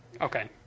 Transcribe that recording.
Okay